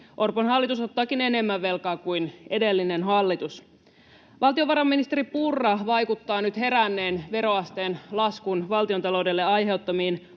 Orpon hallitus ottaakin enemmän velkaa kuin edellinen hallitus. Valtiovarainministeri Purra vaikuttaa nyt heränneen veroasteen laskun valtiontaloudelle aiheuttamiin